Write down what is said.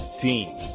team